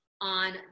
on